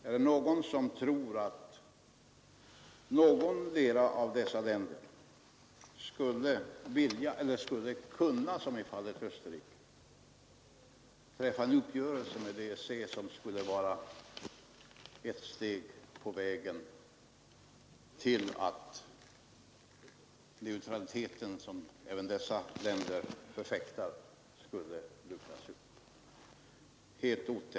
Är det någon som tror att någondera av dessa länder skulle vilja — eller skulle kunna, som i fallet Österrike — träffa en uppgörelse med EEC, som vore ett steg på vägen till att neutraliteten, som även dessa länder förfäktar, skulle luckras upp.